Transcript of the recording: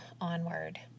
onward